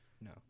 no